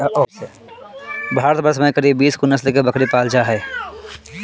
भारतवर्ष में करीब बीस गो नस्ल के बकरी पाल जा हइ